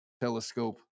telescope